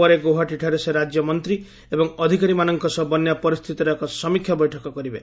ପରେ ଗୌହାଟୀ ଠାରେ ସେ ରାଜ୍ୟ ମନ୍ତ୍ରୀ ଏବଂ ଅଧିକାରୀମାନଙ୍କ ସହ ବନ୍ୟା ପରିସ୍ଥିତିର ଏକ ସମୀକ୍ଷା ବୈଠକ କରିବେ